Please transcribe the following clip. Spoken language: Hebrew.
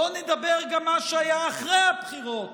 בואו נדבר גם על מה שהיה אחרי הבחירות,